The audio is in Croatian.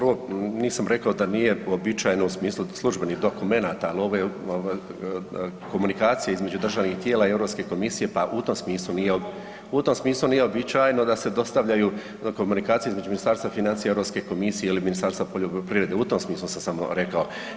Ovo prvo nisam rekao da nije uobičajeno u smislu službenih dokumenata, ali ovo je komunikacija između državnih tijela i Europske komisije, pa u tom smislu nije uobičajeno da se dostavljaju komunikacije između Ministarstva financija i Europske komisije ili Ministarstva poljoprivrede u tom smislu sam samo rekao.